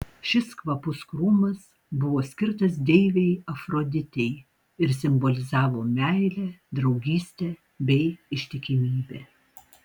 šis kvapus krūmas buvo skirtas deivei afroditei ir simbolizavo meilę draugystę bei ištikimybę